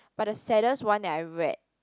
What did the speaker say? but the saddest one that I read